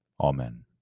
Amen